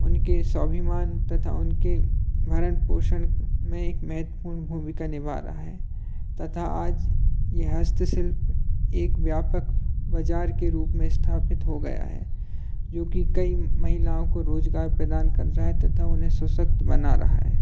उनके स्वाभिमान तथा उनके भरण पोषण में एक महत्वपूर्ण भूमिका निभा रहा है तथा यह हस्तशिल्प एक व्यापक बाज़ार के रूप में स्थापित हो गया है जो कि कई महिलाओं को रोज़गार प्रदान कर रहा है तथा उन्हें स्वशक्त बना रहा है